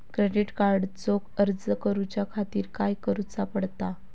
Credit कार्डचो अर्ज करुच्या खातीर काय करूचा पडता?